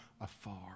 afar